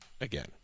again